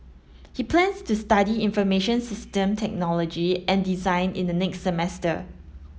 he plans to study information system technology and design in the next semester